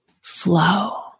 flow